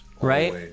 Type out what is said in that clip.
Right